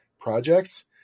projects